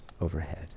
overhead